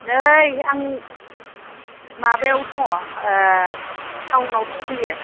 नै आं माबायाव दङ टाउनाव दंफैयो